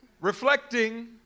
Reflecting